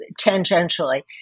tangentially